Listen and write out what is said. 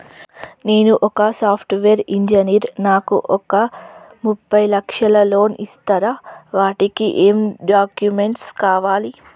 నేను ఒక software engineer నాకు ఒక ముప్పై లక్షల లోన్ ఇస్తరా? వాటికి ఏం డాక్యుమెంట్స్ కావాలి?